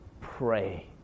pray